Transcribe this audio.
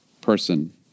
person